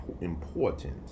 important